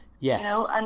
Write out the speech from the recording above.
Yes